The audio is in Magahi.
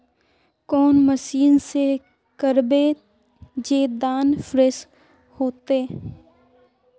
कौन मशीन से करबे जे दाना फ्रेस होते?